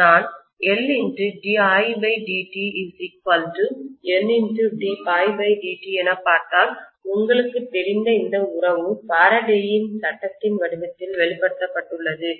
நான் LdidtNd∅dt என பார்த்தால் உங்களுக்குத் தெரிந்த இந்த உறவு ஃபாரடேயின் சட்டத்தின் வடிவத்தில் வெளிப்படுத்த பட்டுள்ளது